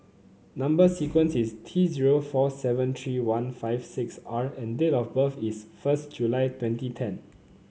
number sequence is T zero four seven three one five six R and date of birth is first July twenty ten